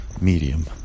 medium